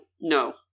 no